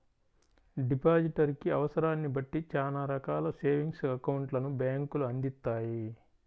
depositor కి అవసరాన్ని బట్టి చానా రకాల సేవింగ్స్ అకౌంట్లను బ్యేంకులు అందిత్తాయి